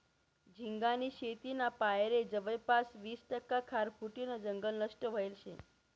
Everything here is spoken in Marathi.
झिंगानी शेतीना पायरे जवयपास वीस टक्का खारफुटीनं जंगल नष्ट व्हयेल शे